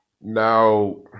now